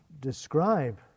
describe